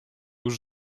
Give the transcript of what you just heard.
już